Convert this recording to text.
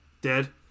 Dead